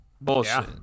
Bullshit